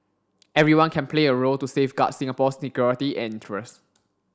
everyone can play a role to safeguard Singapore's security and interest